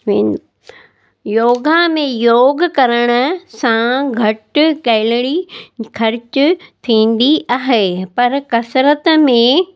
वेन योगा में योगु करण सां घटि कैलरी ख़र्चु थींदी आहे पर कसरत में